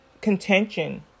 contention